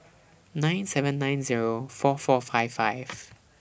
nine seven nine Zero four four five five